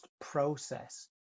process